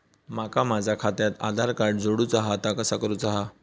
माका माझा खात्याक आधार कार्ड जोडूचा हा ता कसा करुचा हा?